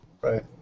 Right